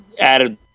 added